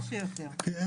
כמה שיותר.